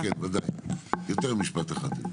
כן, ודאי, יותר ממשפט אחד.